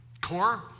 core